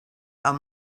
are